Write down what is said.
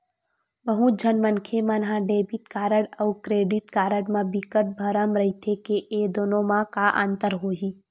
बहुत झन मनखे मन ह डेबिट कारड अउ क्रेडिट कारड म बिकट भरम रहिथे के ए दुनो म का अंतर होही?